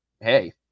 hey